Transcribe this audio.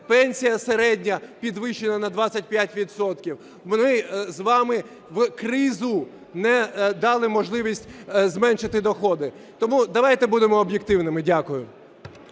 пенсія середня підвищена на 25 відсотків. Ми з вами в кризу не дали можливість зменшити доходи, тому давайте будемо об'єктивними. Дякую.